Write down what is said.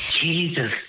Jesus